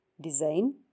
design